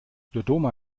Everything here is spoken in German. dodoma